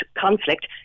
conflict